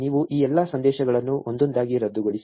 ನೀವು ಈ ಎಲ್ಲಾ ಸಂದೇಶಗಳನ್ನು ಒಂದೊಂದಾಗಿ ರದ್ದುಗೊಳಿಸಿ